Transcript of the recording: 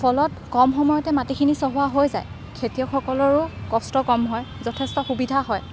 ফলত কম সময়তে মাটিখিনি চহোৱা হৈ যায় খেতিয়কসকলৰো কষ্ট কম হয় যথেষ্ট সুবিধা হয়